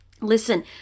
Listen